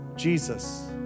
Jesus